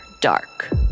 dark